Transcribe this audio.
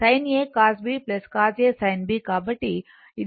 కాబట్టి అది 13